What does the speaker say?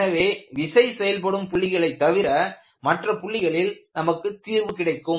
எனவே விசை செயல்படும் புள்ளிகளை தவிர மற்ற புள்ளிகளில் நமக்கு தீர்வு கிடைக்கும்